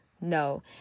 no